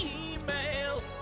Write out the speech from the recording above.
email